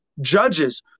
judges